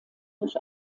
durch